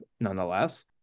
nonetheless